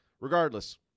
Regardless